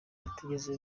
batigeze